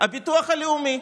הביטוח הלאומי.